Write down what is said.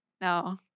no